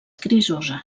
grisosa